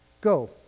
go